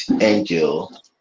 angel